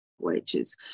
wages